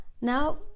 Now